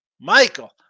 Michael